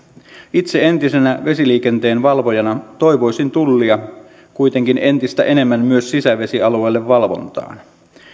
itse entisenä vesiliikenteen valvojana toivoisin tullia kuitenkin entistä enemmän myös sisävesialueille valvontaan